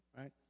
right